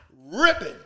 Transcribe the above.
Ripping